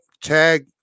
tag